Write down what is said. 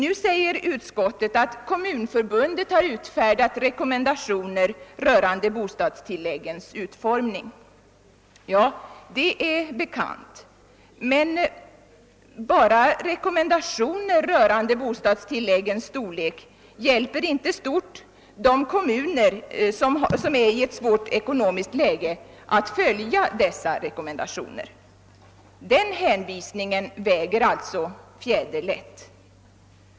Utskottet säger att Kommunförbundet har utfärdat rekommendationer rörande bostadstilläggens utformning. Ja, det är bekant. Men bara rekommendationer rörande <bostadstillläggens storlek hjälper inte stort de kommuner, som befinner sig ett svårt ekonomiskt läge, att följa dessa rekommendationer. Den hänvisningen väger alltså fjäderlätt.